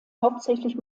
hauptsächlich